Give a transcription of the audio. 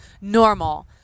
normal